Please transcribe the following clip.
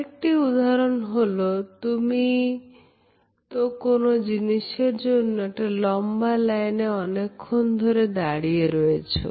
আর একটি উদাহরণ হল তুমিও তো কোন জিনিসের জন্য একটি লম্বা লাইনে অনেকক্ষণ ধরে দাঁড়িয়ে রয়েছো